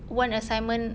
one assignment